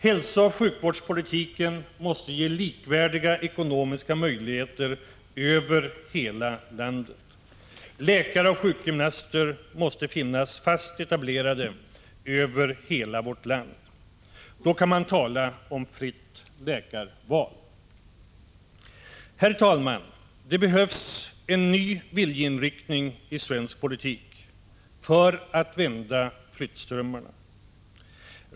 Hälsooch sjukvårdspolitiken måste ge likvärdiga ekonomiska möjligheter över hela landet. Läkare och sjukgymnaster måste finnas fast etablerade över hela vårt land. Först då kan man tala om fritt läkarval. Herr talman! Det behövs en ny viljeinriktning i svensk politik för att vända flyttströmmarna.